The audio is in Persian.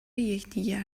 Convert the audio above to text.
یکدیگر